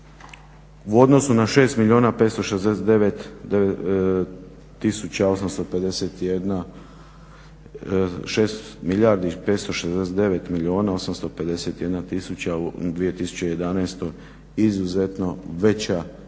u odnosu na 6 569 851 000 u 2011. izuzetno veća